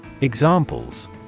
Examples